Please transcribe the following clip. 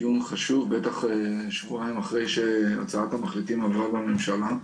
דיון חשוב, פתח אחרי שהצעת המחליטים עברה בממשלה.